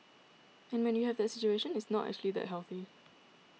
and when you have that situation it's not actually that healthy